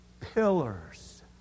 Pillars